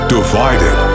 Divided